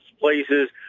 places